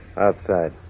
Outside